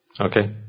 Okay